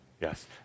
Yes